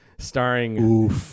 Starring